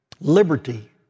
liberty